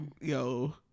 yo